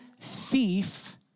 thief